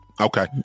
Okay